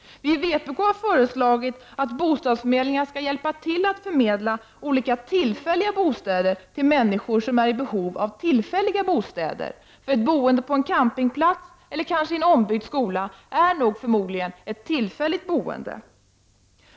Vi i vpk har föreslagit att bostadsförmedlingen skall hjälpa till att förmedla olika tillfälliga bostäder till människor som är i behov av tillfälliga bostäder. Boende på en campingplats eller en ombyggd skola är förmodligen en tillfälligt boende.